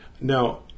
now